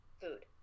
food